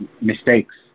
Mistakes